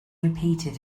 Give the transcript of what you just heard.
repeated